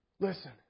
Listen